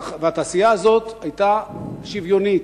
והתעשייה הזאת היתה שוויונית,